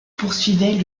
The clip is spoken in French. poursuivaient